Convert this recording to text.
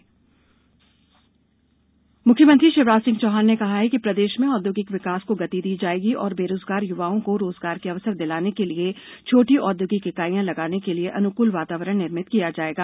मुख्यमंत्री मुख्यमंत्री शिवराज सिंह चौहान ने कहा है कि प्रदेश में औद्योगिक विकास को गति दी जायेगी और बेरोजगार युवाओं को रोजगार के अवसर दिलाने के लिए छोटी औद्योगिक इकाईयां लगाने के लिए अनुकूल वातावरण निर्मित किया जायेगा